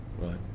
Right